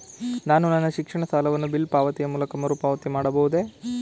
ನಾನು ನನ್ನ ಶಿಕ್ಷಣ ಸಾಲವನ್ನು ಬಿಲ್ ಪಾವತಿಯ ಮೂಲಕ ಮರುಪಾವತಿ ಮಾಡಬಹುದೇ?